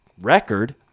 record